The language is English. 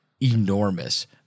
enormous